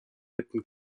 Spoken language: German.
hätten